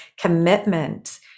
commitment